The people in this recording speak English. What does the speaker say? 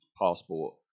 passport